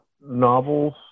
novels